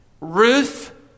Ruth